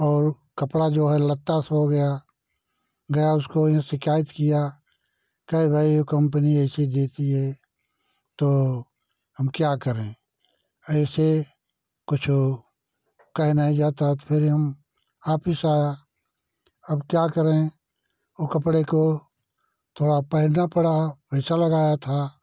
और कपड़ा जो है लतास हो गया गया उसको ये शिकायत किया कहे भाई कम्पनी ऐसे देती है तो हम क्या करें ऐसे कुछ कह नहीं जाता तो फिर वापिस आया अब क्या करें वो कपड़े को थोड़ा पहनना पड़ा पैसा लगया था